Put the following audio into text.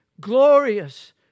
glorious